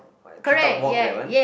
tree top walk that one